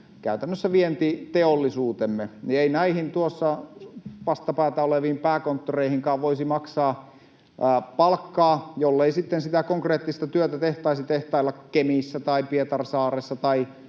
käytännössä vientiteollisuutemme, niin ei tuossa vastapäätä oleviin pääkonttoreihinkaan voisi maksaa palkkaa, jollei sitten sitä konkreettista työtä tehtäisi tehtailla Kemissä tai Pietarsaaressa tai